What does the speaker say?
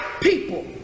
people